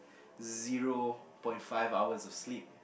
zero point five hours of sleep